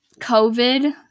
COVID